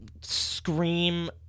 scream